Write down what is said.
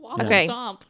Okay